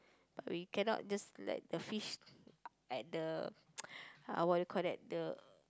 but we cannot just let the fish at the uh what you call that the